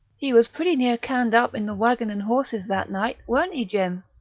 he was pretty near canned up in the waggon and horses that night, weren't he, jim?